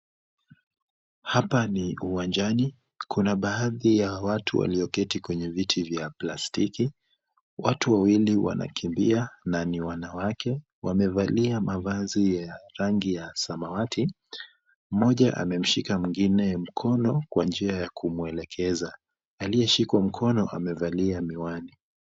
Hapa ni uwanjani kuna baadhi ya watu walioketi kwenye viti vya plastiki, watu wawili wanakimbia na ni wanawake, wamevalia mavazi ya rangi ya samawati, mmoja amemshika mwingine mkono kwa njia ya kumuelekeza, aliyeshikwa mkono amevalia miwani.